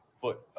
foot